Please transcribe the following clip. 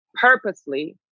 purposely